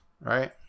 right